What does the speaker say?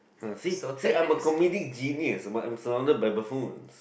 see see I am a comedy genius but I'm surrounded by buffoons